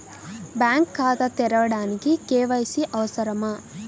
Bank ఖాతా తెరవడానికి KYC అవసరమా?